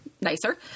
nicer